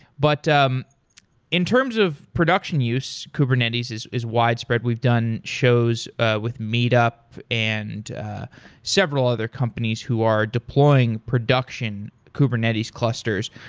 but um in terms of production use, kubernetes is is widespread. we've done shows ah with meetup and several other companies who are deploying production kubernetes clusters.